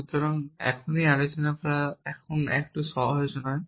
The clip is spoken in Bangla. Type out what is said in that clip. সুতরাং এখনই আলোচনা করা একটু সহজ নয়